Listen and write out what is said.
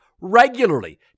regularly